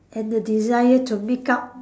and the desire to make up